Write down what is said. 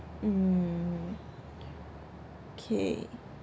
mm okay